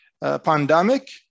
pandemic